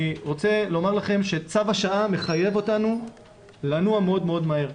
רוצה לומר לכם שצו השעה מחייב אותנו לנוע מאוד מהר.